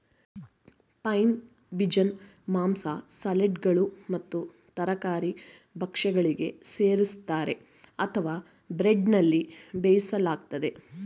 pine ಬೀಜನ ಮಾಂಸ ಸಲಾಡ್ಗಳು ಮತ್ತು ತರಕಾರಿ ಭಕ್ಷ್ಯಗಳಿಗೆ ಸೇರಿಸ್ತರೆ ಅಥವಾ ಬ್ರೆಡ್ನಲ್ಲಿ ಬೇಯಿಸಲಾಗ್ತದೆ